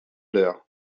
l’heure